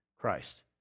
Christ